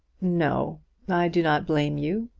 no i do not blame you.